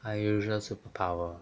unusual superpower